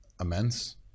immense